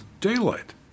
daylight